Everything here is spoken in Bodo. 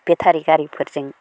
बेथारि गारिफोरजों